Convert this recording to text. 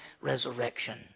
resurrection